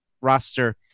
roster